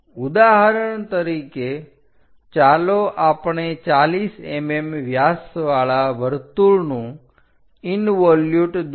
ઉદાહરણ તરીકે ચાલો આપણે 40 mm વ્યાસવાળા વર્તુળનું ઇન્વોલ્યુટ દોરી